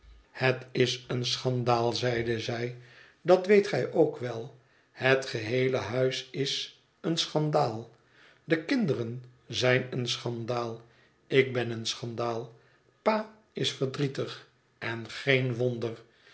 het is een schandaal zeide zij dat weet gij ook wel het geheele huis is een schandaal de kinderen zijn een schandaal ik ben een schandaal pa is verdrietig en geen wonder